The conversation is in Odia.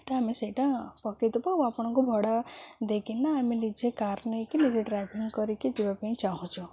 ତ ଆମେ ସେଇଟା ପକେଇଦେବୁ ଆଉ ଆପଣଙ୍କୁ ଭଡ଼ା ଦେଇକିନା ଆମେ ନିଜେ କାର୍ ନେଇକି ନିଜେ ଡ୍ରାଇଭିଂ କରିକି ଯିବା ପାଇଁ ଚାହୁଁଛୁ